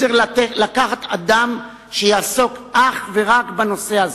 צריך לקחת אדם שיעסוק אך ורק בנושא הזה.